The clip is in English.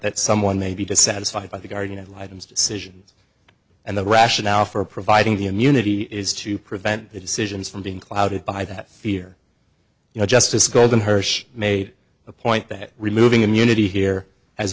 that someone may be dissatisfied by the guardian ad litum decisions and the rationale for providing the immunity is to prevent the decisions from being clouded by that fear you know just to scolding her she made a point that removing immunity here has